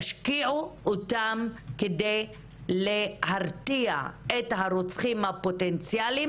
תשקיעו אותם כדי להרתיע את הרוצחים הפוטנציאליים